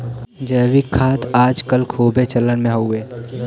जैविक खाद आज कल खूबे चलन मे हउवे